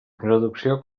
reducció